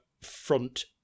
front